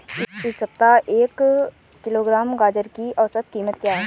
इस सप्ताह एक किलोग्राम गाजर की औसत कीमत क्या है?